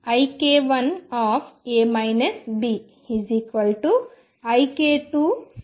కాబట్టి ik1A Bik2C